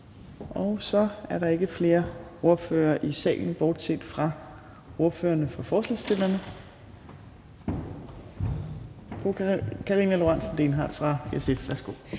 Så er der ikke flere ordførere i salen, bortset fra ordføreren for forslagsstillerne, fru Karina Lorentzen Dehnhardt fra SF. Værsgo.